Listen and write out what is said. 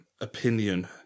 opinion